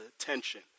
attention